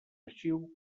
arxiu